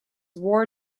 war